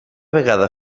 vegada